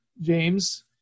James